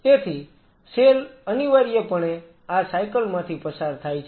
તેથી સેલ અનિવાર્યપણે આ સાયકલ માંથી પસાર થાય છે